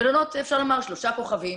מלונות אפשר לומר 3 כוכבים,